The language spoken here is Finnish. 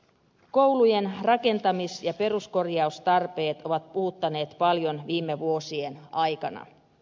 koulujen rakentamis ja peruskorjaustarpeet ovat puhuttaneet paljon viime vuosien aikana